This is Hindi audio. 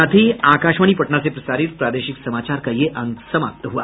इसके साथ ही आकाशवाणी पटना से प्रसारित प्रादेशिक समाचार का ये अंक समाप्त हुआ